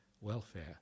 welfare